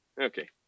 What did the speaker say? Okay